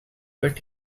but